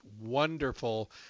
wonderful